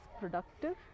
productive